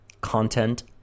content